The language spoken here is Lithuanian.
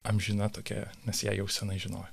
amžina tokia nes ją jau senai žinojo